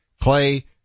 Clay